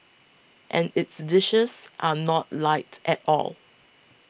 and its dishes are not light at all